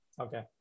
okay